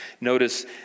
Notice